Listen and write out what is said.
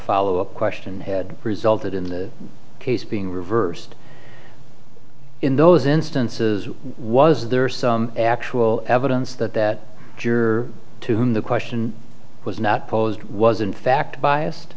follow up question had resulted in the case being reversed in those instances was there some actual evidence that that juror to whom the question was not posed was in fact biased